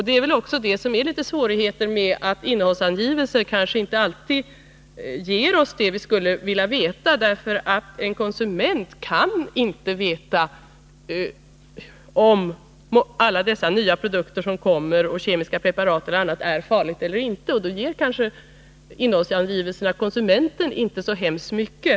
Det är väl däri svårigheten ligger, att innehållsangivelser kanske inte alltid upplyser oss om vad vi skulle vilja veta. En konsument kan ju inte veta om alla dessa nya produkter och kemiska preparat av olika slag som kommer ut på marknaden är farliga eller inte. Då ger kanske inte innehållsangivelserna konsumenterna så särskilt mycket.